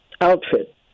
outfit